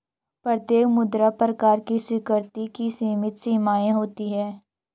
प्रत्येक मुद्रा प्रकार की स्वीकृति की सीमित सीमाएँ होती हैं